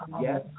Yes